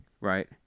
right